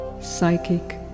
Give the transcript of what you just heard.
Psychic